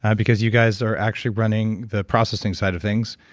um because you guys are actually running the processing side of things.